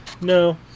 No